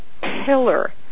pillar